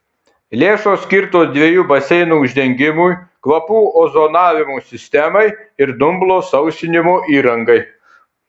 lėšos skirtos dviejų baseinų uždengimui kvapų ozonavimo sistemai ir dumblo sausinimo įrangai